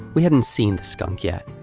we hadn't seen the skunk yet.